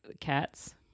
cats